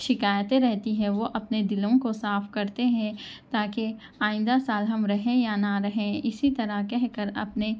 شکایتیں رہتی ہے وہ اپنے دلوں کو صاف کرتے ہیں تا کہ آئندہ سال ہم رہیں یا نہ رہیں اسی طرح کہہ کر اپنے